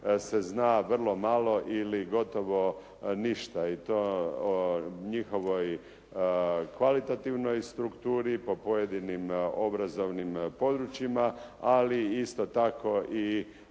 se zna vrlo malo ili gotovo ništa. I o toj njihovoj kvalitativnoj strukturi po pojedinim obrazovnim područjima, ali isto tako i